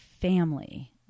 family